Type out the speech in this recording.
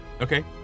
Okay